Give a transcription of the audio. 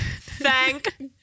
thank